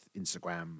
instagram